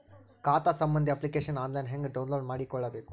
ಖಾತಾ ಸಂಬಂಧಿ application online ಹೆಂಗ್ ಡೌನ್ಲೋಡ್ ಮಾಡಿಕೊಳ್ಳಬೇಕು?